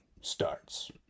starts